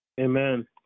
Amen